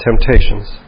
temptations